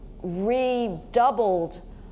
redoubled